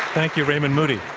thank you, raymond moody.